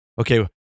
okay